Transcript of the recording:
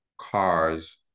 cars